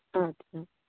ᱟᱪᱪᱷᱟ